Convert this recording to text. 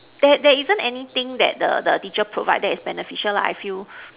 there there isn't anything that the the teacher provide that is beneficial lah I feel